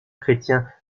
chrétiens